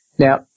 Now